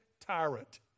tyrant